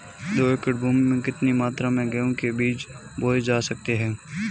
दो एकड़ भूमि में कितनी मात्रा में गेहूँ के बीज बोये जा सकते हैं?